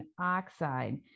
oxide